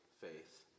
faith